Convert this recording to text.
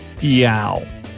Yow